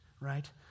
right